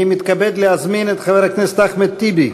אני מתכבד להזמין את חבר הכנסת אחמד טיבי,